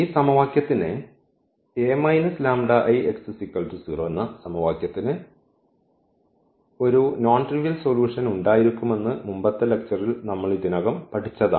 ഈ സമവാക്യത്തിന് ഒരു നോൺ ട്രിവിയൽ സൊല്യൂഷൻ ഉണ്ടായിരിക്കുമെന്ന് മുമ്പത്തെ ലെക്ച്ചർൽ നമ്മൾ ഇതിനകം പഠിച്ചതാണ്